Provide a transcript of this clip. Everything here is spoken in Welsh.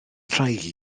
rhai